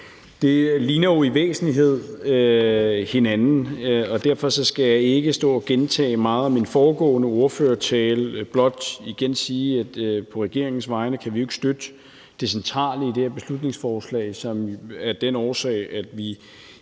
De ligner jo i væsentlighed hinanden, og derfor skal jeg ikke stå og gentage meget af min foregående tale, blot igen sige, at på regeringens vegne kan vi ikke støtte det centrale i det her beslutningsforslag af den årsag, at vi